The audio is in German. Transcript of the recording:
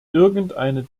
irgendeine